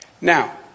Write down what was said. now